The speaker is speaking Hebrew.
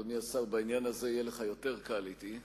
אדוני השר, בעניין הזה יהיה לך יותר קל אתי.